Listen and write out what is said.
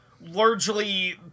Largely